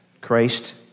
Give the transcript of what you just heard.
Christ